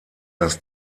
das